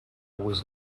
was